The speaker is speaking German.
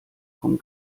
vom